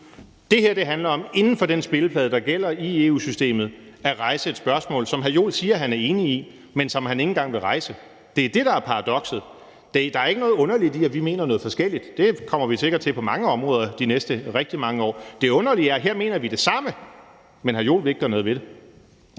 Det her handler om inden for den spilleplade, der gælder i EU-systemet, at rejse et spørgsmål, som hr. Jens Joel siger han er enig i, men som han ikke engang vil rejse. Det er det, der er paradokset. Der er ikke noget underligt i, at vi mener noget forskelligt – det kommer vi sikkert til på mange områder de næste rigtig mange år. Det underlige er, at her mener vi det samme, men hr. Jens Joel vil ikke gøre noget ved det.